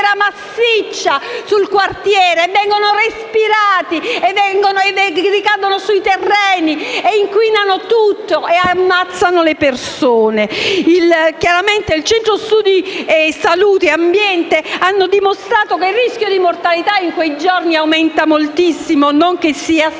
il Centro studi salute e ambiente ha dimostrato che il rischio di mortalità in quei giorni aumenta moltissimo, anche se